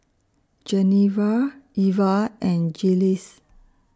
Genevra Eva and Jiles